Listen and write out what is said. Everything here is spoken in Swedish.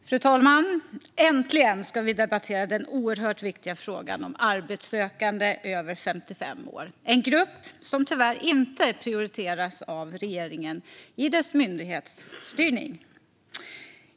Fru talman! Äntligen ska vi debattera den oerhört viktiga frågan om arbetssökande över 55 år. Det är en grupp som tyvärr inte prioriteras av regeringen i dess myndighetsstyrning.